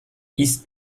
ist